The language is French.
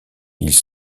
ils